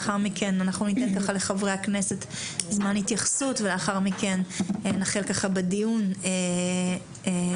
לאחר מכן ניתן לחברי הכנסת זמן להתייחסות ולאחר מכן נחל בדיון בוועדה.